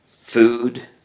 Food